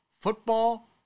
Football